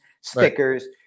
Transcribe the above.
stickers